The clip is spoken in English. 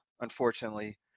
unfortunately